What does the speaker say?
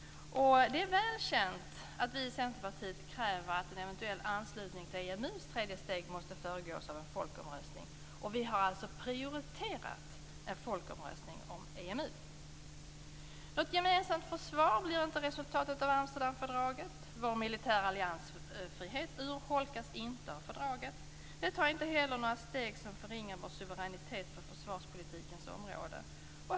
Det är väl känt att vi i Centerpartiet kräver att en eventuell anslutning till EMU:s tredje steg måste föregås av en folkomröstning. Vi har alltså prioriterat en folkomröstning om EMU. Något gemensamt försvar blir inte resultatet av Amsterdamfördraget. Vår militära alliansfrihet urholkas inte av fördraget. Det tas inte heller några steg som förringar vår suveränitet på försvarspolitikens område.